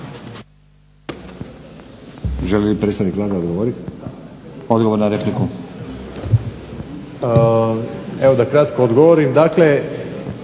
Želi li predstavnik Vlade odgovoriti? Odgovor na repliku. Jakša Puljiz.